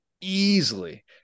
Easily